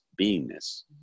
beingness